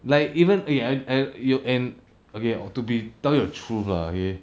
like even okay I I your end okay to be to tell you the truth lah okay